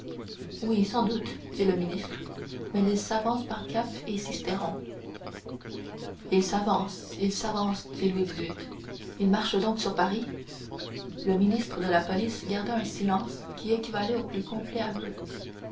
oui sans doute dit le ministre mais il s'avance par gap et sisteron il s'avance il s'avance dit louis xviii il marche donc sur paris le ministre de la police garda un silence qui équivalait au plus complet aveu